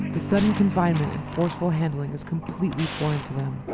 the sudden confinement and forceful handling is completely foreign to them.